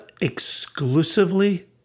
exclusively